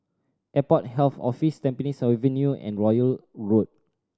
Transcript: Airport Health Office Tampines Avenue and Royal Road